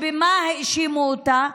ובמה האשימו אותה?